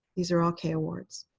these are all k awards.